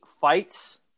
fights